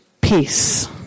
peace